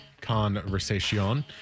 conversation